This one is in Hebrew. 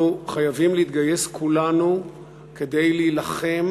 אנחנו חייבים להתגייס כולנו כדי להילחם